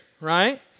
right